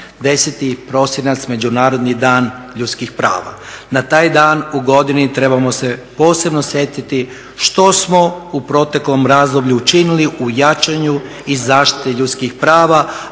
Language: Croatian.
10. prosinac, Međunarodni dan ljudskih prava. Na taj dan u godini trebamo se posebno sjetiti što smo u proteklom razdoblju učinili u jačanju i zaštiti ljudskih prava,